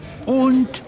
Und